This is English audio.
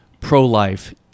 pro-life